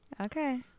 okay